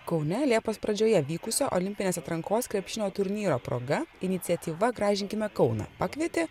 kaune liepos pradžioje vykusio olimpinės atrankos krepšinio turnyro proga iniciatyva gražinkime kauną pakvietė